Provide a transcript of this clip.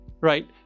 right